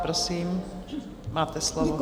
Prosím, máte slovo.